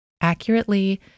accurately